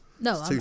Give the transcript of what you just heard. No